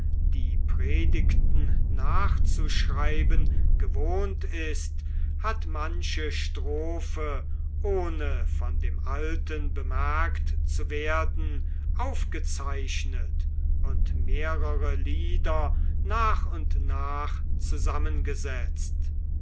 die predigten nachzuschreiben gewohnt ist hat manche strophe ohne von dem alten bemerkt zu werden aufgezeichnet und mehrere lieder nach und nach zusammengesetzt